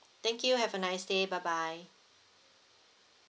thank you have a nice day bye bye